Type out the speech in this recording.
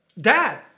dad